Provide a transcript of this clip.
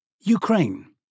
Ukraine